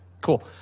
cool